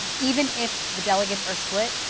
even if the delegates are split,